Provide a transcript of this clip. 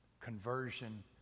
conversion